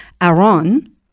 Aaron